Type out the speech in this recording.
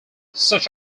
such